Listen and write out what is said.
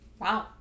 wow